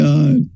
God